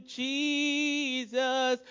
jesus